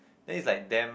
then its like damn